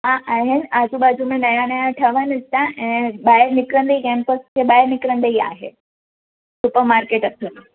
हा आहिनि आजूबाजू में नया नया ठहनि ज था ऐं ॿाहिरि निकिरंदे केम्पस जे ॿाहिरि निकिरंदे ई आहे सुपर मार्केट अथव